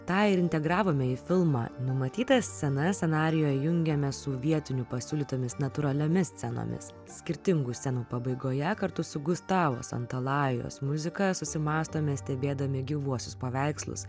tą ir integravome į filmą numatytas scenas scenarijuje jungiame su vietinių pasiūlytomis natūraliomis scenomis skirtingų scenų pabaigoje kartu su gustavos antalajos muzika susimąstome stebėdami gyvuosius paveikslus